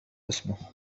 اسمه